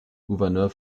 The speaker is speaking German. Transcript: gouverneur